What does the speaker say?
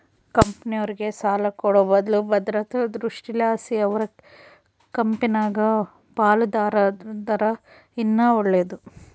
ಕಂಪೆನೇರ್ಗೆ ಸಾಲ ಕೊಡೋ ಬದ್ಲು ಭದ್ರತಾ ದೃಷ್ಟಿಲಾಸಿ ಅವರ ಕಂಪೆನಾಗ ಪಾಲುದಾರರಾದರ ಇನ್ನ ಒಳ್ಳೇದು